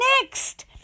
next